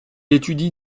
étudie